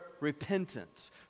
Repentance